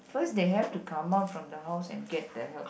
first they have to come out from the house and get the help